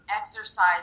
exercise